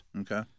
Okay